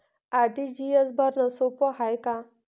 RTGS भरनं सोप हाय का?